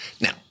Now